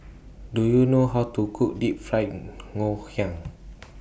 Do YOU know How to Cook Deep Fried Ngoh Hiang